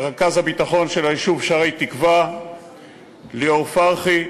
רכז הביטחון של היישוב שערי-תקווה ליאור פרחי,